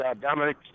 Dominic